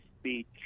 speech